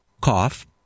cough